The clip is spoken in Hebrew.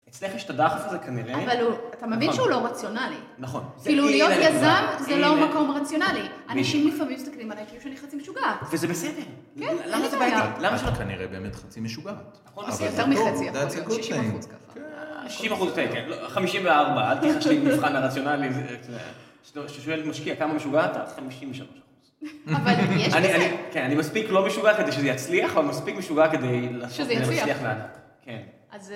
אצלך יש את הדחף הזה כנראה. אבל אתה מבין שהוא לא רציונלי. כאילו להיות יזם זה לא מקום רציונלי. אנשים לפעמים מסתכלים עליי כשאני חצי משוגעת. למה שלא כנראה באמת חצי משוגעת? זה יותר מחצי. 60% ככה. 54. אל תחשבי במבחן הרציונלי. כששואל משקיע כמה משוגעת אתה, 53%. אני מספיק לא משוגע כדי שזה יצליח, אבל מספיק משוגע כדי שזה יצליח לענת.